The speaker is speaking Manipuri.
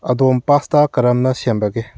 ꯑꯗꯣꯝ ꯄꯥꯁꯇꯥ ꯀꯔꯝꯅ ꯁꯦꯝꯕꯒꯦ